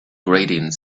grating